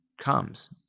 comes